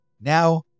Now